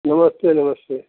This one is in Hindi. नमस्ते नमस्ते